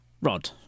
rod